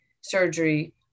surgery